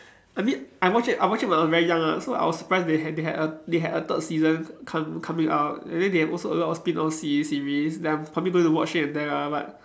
I mean I watch it I watch it when I was very young ah so I was surprised when they had they had a they had a third season come coming out and then they have also a lot of spin off series series that I'm probably able to watch here and there lah but